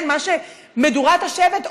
מדורת השבט,